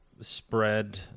spread